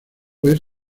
fui